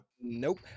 Nope